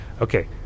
okay